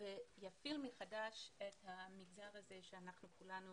ויפעיל מחדש את המגזר הזה שכולנו